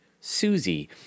Susie